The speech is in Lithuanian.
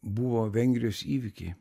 buvo vengrijos įvykiai